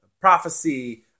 prophecy